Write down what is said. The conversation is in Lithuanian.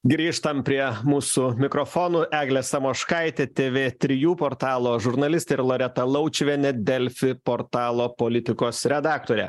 grįžtam prie mūsų mikrofonų eglė samoškaitė tv trijų portalo žurnalistė ir loreta laučiuvienė delfi portalo politikos redaktorė